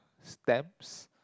stamps